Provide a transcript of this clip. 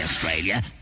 Australia